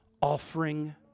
offering